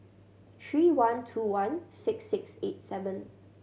three one two one six six eight seven